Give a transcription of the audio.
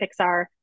Pixar